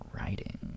Writing